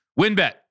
WinBet